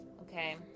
Okay